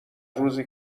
روزی